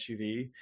SUV